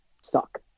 suck